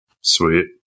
Sweet